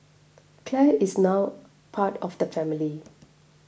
Clare is now part of the family